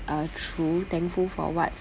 uh true thankful for what